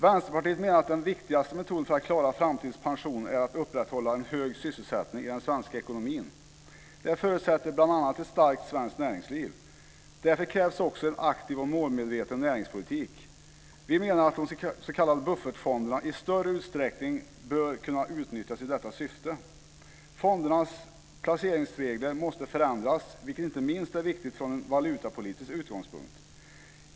Vänsterpartiet menar att den viktigaste metoden för att klara framtidens pensioner är att upprätthålla en hög sysselsättning i den svenska ekonomin. Det förutsätter bl.a. ett starkt svenskt näringsliv. Därför krävs också en aktiv och målmedveten näringspolitik. Vi menar att de s.k. buffertfonderna i större utsträckning bör kunna utnyttjas i detta syfte. Fondernas placeringsregler måste förändras, vilket inte minst är viktigt från en valutapolitisk utgångspunkt.